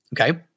Okay